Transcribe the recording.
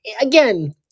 again